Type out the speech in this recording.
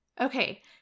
Okay